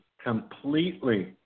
completely